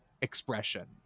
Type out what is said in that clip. expression